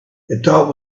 thought